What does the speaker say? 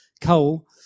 coal